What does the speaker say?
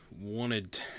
wanted